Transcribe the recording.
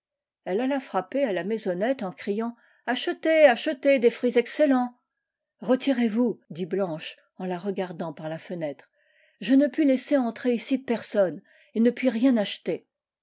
elle alla frapper à la maisonnette en criant achetez achetez des fruits excellents retirez-vous dit blanche en la regardant par la fenêtre je ne puis laisser entrer ici personne et ne puis rien acheter